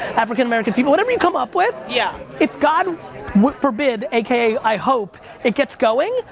african-american people, whatever you come up with, yeah if god would forbid, aka i hope it gets going,